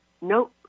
Nope